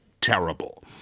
terrible